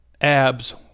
abs